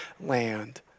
land